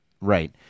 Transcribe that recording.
Right